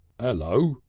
ello!